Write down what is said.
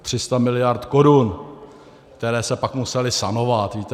Tři sta miliard korun, které se pak musely sanovat, víte?